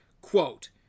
Quote